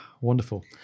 Wonderful